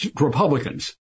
Republicans